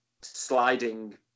sliding